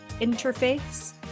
interface